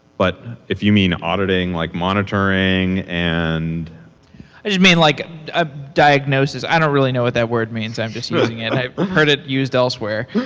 but if you mean auditing, like monitoring and i just mean like ah diagnoses. i don't really know what that word means. i'm just using it, and i've heard it used elsewhere.